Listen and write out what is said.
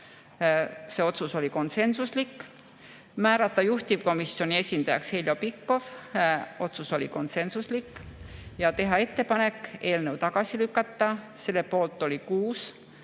see otsus oli konsensuslik. Määrata juhtivkomisjoni esindajaks Heljo Pikhof, otsus oli konsensuslik. Teha ettepanek eelnõu tagasi lükata, selle poolt oli 6: